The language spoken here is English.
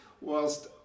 Whilst